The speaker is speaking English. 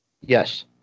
Yes